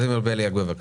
ולדימיר בליאק בבקשה.